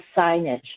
signage